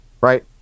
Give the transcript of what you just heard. right